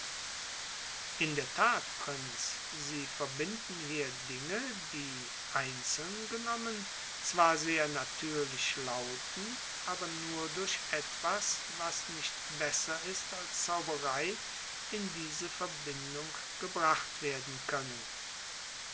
in der tat prinz sie verbinden hier dinge die einzeln genommen zwar sehr natürlich lauten aber nur durch etwas was nicht besser ist als zauberei in diese verbindung gebracht werden können